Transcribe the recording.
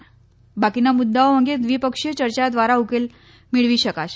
બાકીના મુદ્દાઓ અંગે દ્વિપક્ષીય ચર્ચા દ્વારા ઉકેલ મેળવી શકાશે